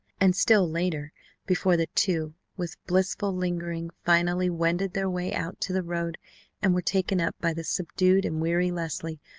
and still later before the two with blissful lingering finally wended their way out to the road and were taken up by the subdued and weary leslie,